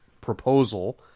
proposal